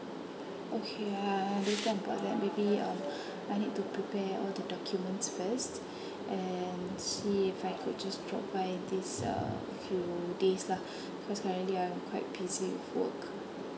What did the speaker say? okay uh I understand about that maybe um I need to prepare all the documents first and see if I could just drop by this uh few days lah because currently I'm quite busy with work